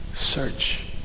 Search